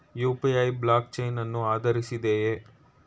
UPI block chain ಅನ್ನು ಆಧರಿಸಿದೆಯೇ?